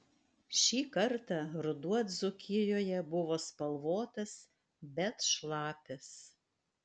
šį kartą ruduo dzūkijoje buvo spalvotas bet šlapias